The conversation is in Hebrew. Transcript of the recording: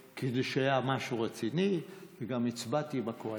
כשהיה משהו רציני, וגם הצבעתי עם הקואליציה.